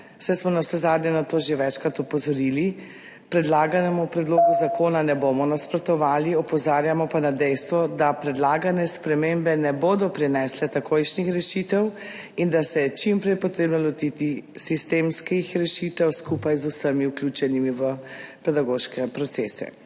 saj smo navsezadnje na to že večkrat opozorili, predlaganemu predlogu zakona ne bomo nasprotovali, opozarjamo pa na dejstvo, da predlagane spremembe ne bodo prinesle takojšnjih rešitev, in da se je čim prej potrebno lotiti sistemskih rešitev skupaj z vsemi vključenimi v pedagoške procese.